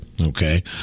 Okay